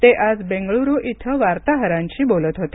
ते आज बेंगळूरु इथं वार्ताहरांशी बोलत होते